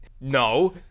No